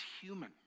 human